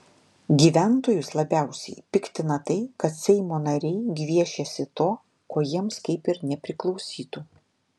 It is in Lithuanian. gyventojus labiausiai piktina tai kad seimo nariai gviešiasi to ko jiems kaip ir nepriklausytų